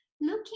looking